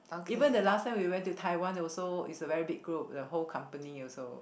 even the last time we went to Taiwan also its a very big group the whole company also